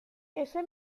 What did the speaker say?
ese